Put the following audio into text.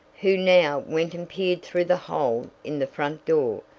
who now went and peered through the hole in the front door,